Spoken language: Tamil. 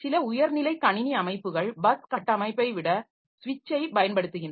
சில உயர்நிலை கணினி அமைப்புகள் பஸ் கட்டமைப்பை விட ஸ்விட்சை பயன்படுத்துகின்றன